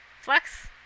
Flex